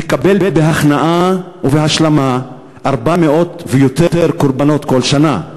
תקבל בהכנעה ובהשלמה 400 ויותר קורבנות כל שנה.